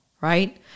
right